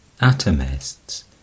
atomists